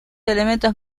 elementos